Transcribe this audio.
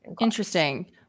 interesting